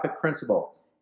principle